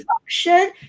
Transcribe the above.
function